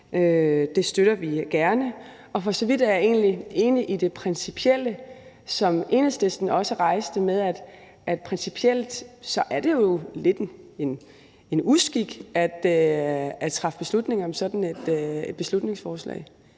Det støtter vi gerne. Og jeg er for så vidt enig i det principielle, som Enhedslisten også rejste, nemlig at det er lidt af en uskik at træffe beslutninger om sådan et beslutningsforslag.